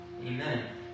Amen